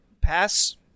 pass